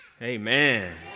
Amen